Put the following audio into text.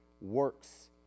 works